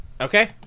Okay